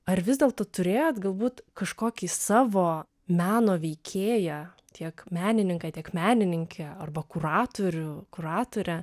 ar vis dėlto turėjot galbūt kažkokį savo meno veikėją tiek menininką tiek menininkę arba kuratorių kuratorę